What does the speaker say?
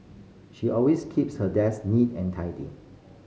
she always keeps her desk neat and tidy